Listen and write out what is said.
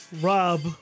Rob